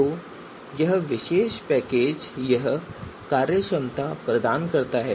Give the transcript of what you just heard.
तो यह विशेष पैकेज यह कार्यक्षमता प्रदान करता है